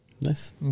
Nice